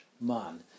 man